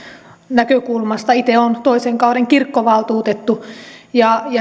näkökulmasta itse olen toisen kauden kirkkovaltuutettu ja